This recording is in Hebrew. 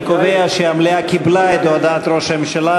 אני קובע שהמליאה קיבלה את הודעת ראש הממשלה